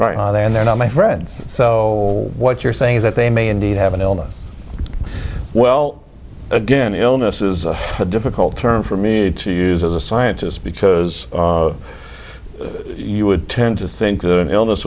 right and they're not my friends so what you're saying is that they may indeed have an illness well again illness is a difficult term for me to use as a scientist because you would tend to think the illness